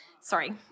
Sorry